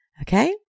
Okay